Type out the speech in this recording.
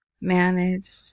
managed